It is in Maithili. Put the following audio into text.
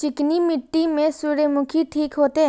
चिकनी मिट्टी में सूर्यमुखी ठीक होते?